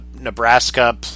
Nebraska